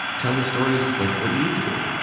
tell the stories like what you do,